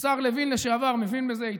השר לוין לשעבר מבין בזה היטב,